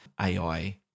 AI